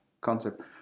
concept